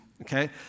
Okay